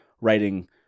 writing